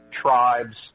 tribes